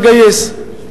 לגייס.